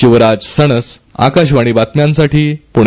शिवराज सणस आकाशवाणी बातम्यांसाठी पुणे